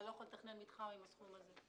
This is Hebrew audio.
אתה לא יכול לתכנן מתחם עם הסכום הזה.